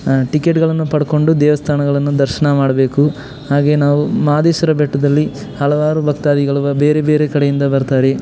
ಟಿಕೆಟ್ಗಳನ್ನು ಪಡ್ಕೊಂಡು ದೇವಸ್ಥಾನಗಳನ್ನು ದರ್ಶನ ಮಾಡಬೇಕು ಹಾಗೇ ನಾವು ಮಾದೇಶ್ವರ ಬೆಟ್ಟದಲ್ಲಿ ಹಲವಾರು ಭಕ್ತಾದಿಗಳು ಬೇರೆ ಬೇರೆ ಕಡೆಯಿಂದ ಬರ್ತಾರೆ